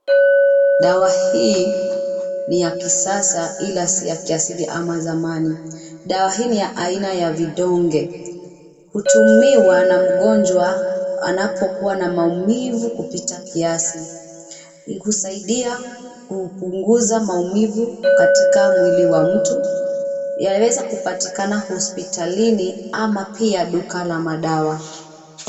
Dawa hii ni ya kisasa ila si ya kiasili ama zamani. Dawa hii ni ya aina ya vidonge. Hutumiwa na mgonjwa anapokuwa na maumivu kupita kiasi. Husaidia kupunguza maumivu katika mwili wa mtu. Yaweza kupatikana hospitalini ama pia duka la madawa.